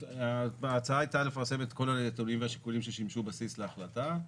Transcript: ההצעה הייתה לפרסם את כל הנתונים והשיקולים ששימשו בסיס להחלטה.